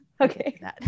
Okay